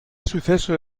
suceso